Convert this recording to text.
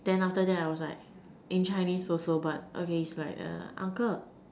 then after that I was like in Chinese also but okay it's like uncle